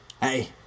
hey